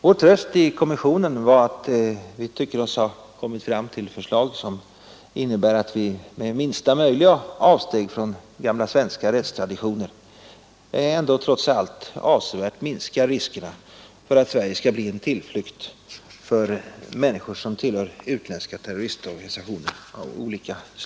Vår tröst i kommissionen är att vi tycker oss ha kommit fram till förslag som innebär att vi med minsta möjliga avsteg från gamla Svenska rättstraditioner ändå trots allt avsevärt minskar riskerna för att Sverige skall bli en tillflykt för människor som tillhör utländska terroristorganisationer av olika slag.